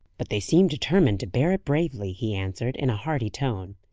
but they seem determined to bear it bravely, he answered, in a hearty tone.